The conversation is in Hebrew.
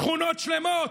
שכונות שלמות,